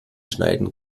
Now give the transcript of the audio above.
schneiden